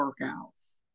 workouts